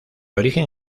origen